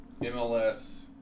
mls